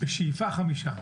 בשאיפה חמישה,